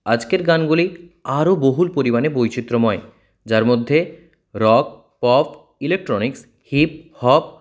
আজকের গানগুলি আরো বহুল পরিমাণে বৈচিত্র্যময় যার মধ্যে rock pop electronics hip hop